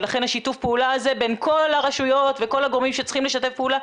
ולכן שיתוף הפעולה הזה בין כל הרשויות וכל הגורמים שצריכים לשתף פעולה,